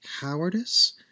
cowardice